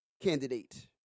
candidate